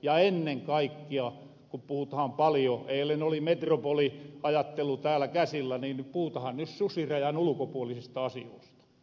ja ennen kaikkia ku puhutaha paljo eilen oli metropoliajattelu täällä käsillä niin puhutaha ny susirajan ulkopuolisista asioista